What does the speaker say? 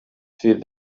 feed